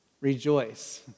rejoice